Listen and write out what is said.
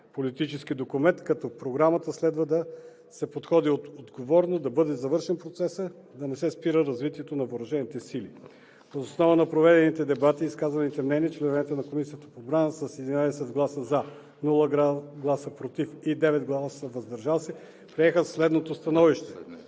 политически документ. Към Програмата следва да се подходи отговорно, да бъде завършен процесът, да не се спира развитието на въоръжените сили. Въз основа на проведените дебати и изказаните мнения членовете на Комисията по отбрана с 11 гласа „за“, без „против“ и 9 гласа „въздържал се“ приеха следното становище: